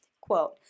Quote